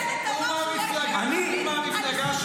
בנט אמר שהוא לא ישב עם לפיד.